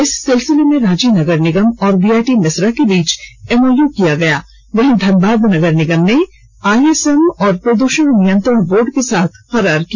इस सिलसिले में रांची नगर निगम और बीआईटी मेसरा के बीच एमओयू किया गया वहीं धनबाद नगर निगम ने आईएसएम और प्रदूषण नियंत्रण बोर्ड के साथ करार किया